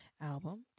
Album